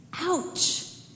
Ouch